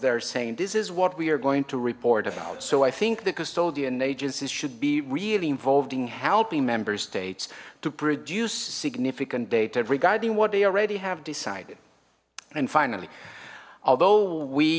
they're saying this is what we are going to report about so i think the custodian agencies should be really involved in helping member states to produce significant data regarding what they already have decided and finally although we